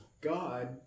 God